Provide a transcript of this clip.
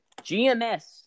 GMS